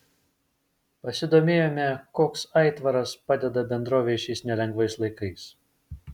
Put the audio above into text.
pasidomėjome koks aitvaras padeda bendrovei šiais nelengvais laikais